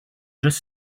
just